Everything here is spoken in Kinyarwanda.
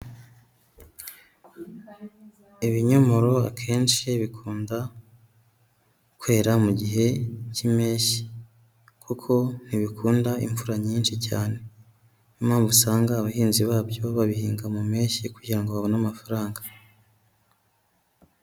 Ibinyomoro akenshi bikunda kwera mu gihe cy'impeshyi, kuko ntibikunda imvura nyinshi cyane. Ni yo mpamvu usanga abahinzi babyo babihinga mu mpeshyi kugira ngo babone amafaranga.